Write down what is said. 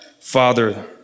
Father